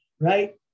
right